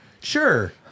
Sure